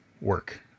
work